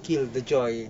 kill the joy